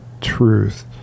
truth